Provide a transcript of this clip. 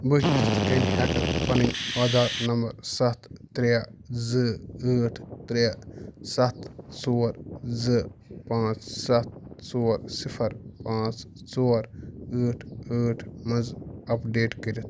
بہٕ کِتھ کٔنۍ ہیٚکہٕ پَنٕنۍ آدھار نمبَر سَتھ ترٛےٚ زٕ ٲٹھ ترٛےٚ سَتھ ژور زٕ پانٛژھ سَتھ ژور صِفَر پانٛژھ ژور ٲٹھ ٲٹھ منٛزٕ اَپڈیٹ کٔرِتھ